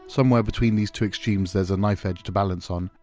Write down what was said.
somewhere between these two extremes there's a knife edge to balance on,